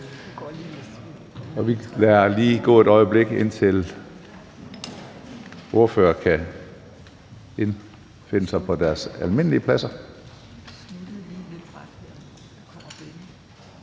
Vi lader lige et øjeblik gå, indtil ordførerne indfinder sig på deres almindelige pladser.